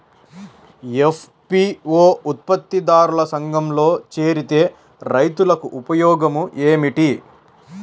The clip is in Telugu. ఎఫ్.పీ.ఓ ఉత్పత్తి దారుల సంఘములో చేరితే రైతులకు ఉపయోగము ఏమిటి?